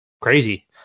crazy